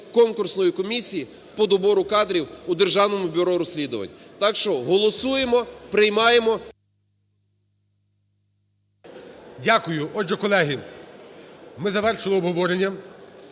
конкурсної комісії по добору кадрів у Державному бюро розслідувань. Так що голосуємо, приймаємо. ГОЛОВУЮЧИЙ. Дякую. Отже, колеги, ми завершили обговорення,